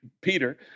Peter